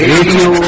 Radio